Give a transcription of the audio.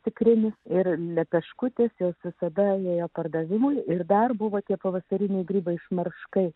tikrinis ir lepeškutės jos visada ėjo pardavimui ir dar buvo tie pavasariniai grybai šmarškai